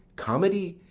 comedy,